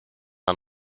aan